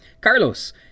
Carlos